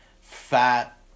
fat